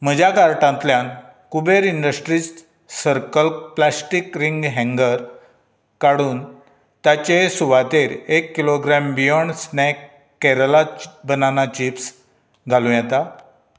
म्हज्या कार्टांतल्यान Kuber industries circle plastic ring hanger काडून ताचे सुवातेर एक kilogram beyond snack Kerala banana chips घालूं येता